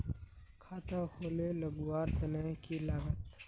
खाता खोले लगवार तने की लागत?